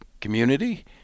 community